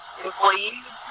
employees